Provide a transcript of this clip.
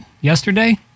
yesterday